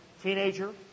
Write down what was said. teenager